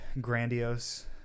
grandiose